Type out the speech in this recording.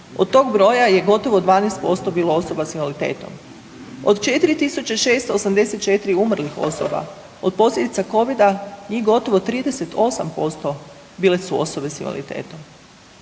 Od tog broja je gotovo 12% bilo osoba s invaliditetom. Od 4 684 umrlih osoba od posljedica Covida, njih gotovo 38% bile su osobe s invaliditetom.